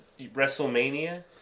WrestleMania